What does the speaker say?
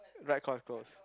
right claw is close